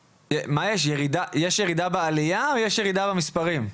יש ירידה בעלייה או יש ירידה במספרים?